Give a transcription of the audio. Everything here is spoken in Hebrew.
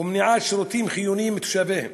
למניעת שירותים חיוניים מתושביהם